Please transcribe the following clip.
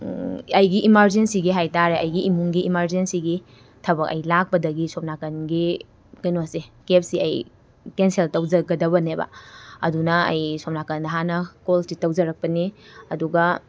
ꯑꯩꯒꯤ ꯏꯃꯥꯔꯖꯦꯟꯁꯤꯒꯤ ꯍꯥꯏ ꯇꯥꯔꯦ ꯑꯩꯒꯤ ꯏꯃꯨꯡꯒꯤ ꯏꯃꯥꯔꯖꯦꯟꯁꯤꯒꯤ ꯊꯕꯛ ꯑꯩ ꯂꯥꯛꯄꯗꯒꯤ ꯁꯣꯝ ꯅꯥꯀꯟꯒꯤ ꯀꯩꯅꯣꯁꯦ ꯀꯦꯞꯁꯤ ꯑꯩ ꯀꯦꯟꯁꯦꯜ ꯇꯧꯖꯒꯗꯕꯅꯦꯕ ꯑꯗꯨꯅ ꯑꯩ ꯁꯣꯝ ꯅꯥꯀꯟꯗ ꯍꯥꯟꯅ ꯀꯣꯜꯁꯤ ꯇꯧꯖꯔꯛꯄꯅꯤ ꯑꯗꯨꯒ